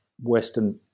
Western